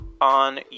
on